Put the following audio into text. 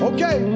Okay